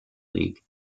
league